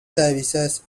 services